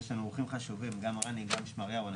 יש לנו אורחים חשובים, גם רני גם שמריהו.